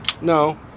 no